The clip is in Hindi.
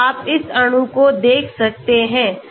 तो आप इस अणु को देख सकते हैं